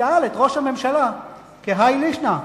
שאל את ראש הממשלה כהאי לישנא,